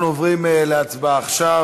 אנחנו עוברים עכשיו להצבעה.